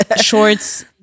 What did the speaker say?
shorts